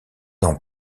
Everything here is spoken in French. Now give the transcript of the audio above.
dans